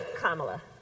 Kamala